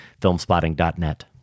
Filmspotting.net